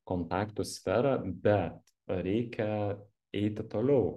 kontaktų sferą bet reikia eiti toliau